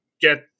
get –